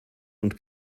und